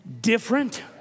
different